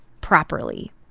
properly